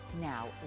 Now